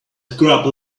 scrub